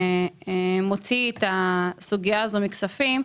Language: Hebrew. שמוציא את הסוגיה הזאת מוועדת הכספים,